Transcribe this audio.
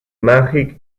magic